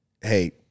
Hey